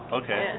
okay